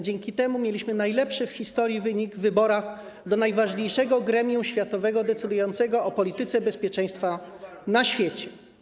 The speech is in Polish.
Dzięki temu mieliśmy najlepszy w historii wynik w wyborach do najważniejszego gremium światowego decydującego o polityce bezpieczeństwa na świecie.